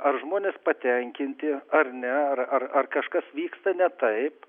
ar žmonės patenkinti ar ne ar ar ar kažkas vyksta ne taip